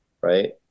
right